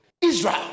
Israel